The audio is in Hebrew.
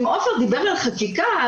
אם עופר דיבר על חקיקה,